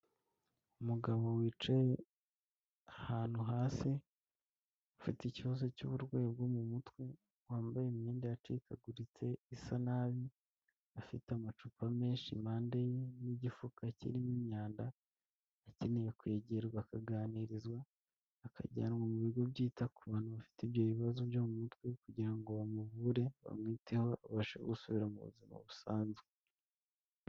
Umugabo wicaye ahantu hasi ufite ikibazo cy'uburwayi bwo mu mutwe, wambaye imyenda yacikaguritse isa nabi, afite amacupa menshi impande ye n'igifuka kirimo imyanda, akeneye kwegerwa akaganirizwa akajyanwa mu bigo byita ku bantu bafite ibyo bibazo byo mu mutwe kugira ngo bamuvure, bamwiteho abashe gusubira mu buzima busanzwe.